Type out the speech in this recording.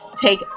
take